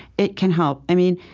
it can help. i mean,